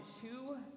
two